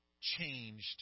changed